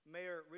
Mayor